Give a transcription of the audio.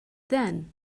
then